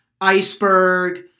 iceberg